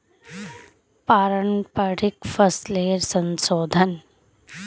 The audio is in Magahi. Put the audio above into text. पारंपरिक फसलेर संशोधन